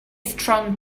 strong